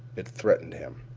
it threatened him.